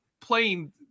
playing